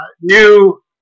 new